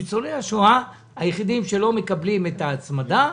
ניצולי השואה הם היחידים שלא מקבלים את ההצמדה,